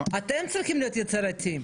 אתם צריכים להיות יצירתיים.